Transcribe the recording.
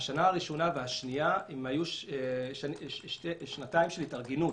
השנה הראשונה והשנייה היו שנתיים של התארגנות